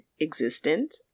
existent